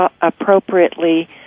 appropriately